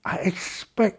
I expect